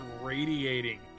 radiating